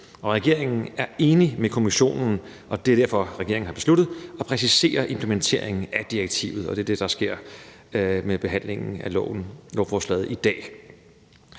Regeringen er enig med Kommissionen, og det er derfor, regeringen har besluttet at præcisere implementeringen af direktivet, og det er det, der sker med behandlingen af lovforslaget i dag.